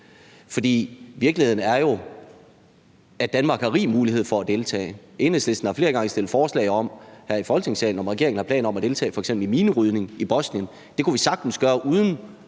Virkeligheden er jo, at Danmark har rig mulighed for at deltage. Enhedslisten har flere gange stillet spørgsmål om her i Folketingssalen, om regeringen har planer om at deltage f.eks. i minerydning i Bosnien. Det kunne vi sagtens gøre uden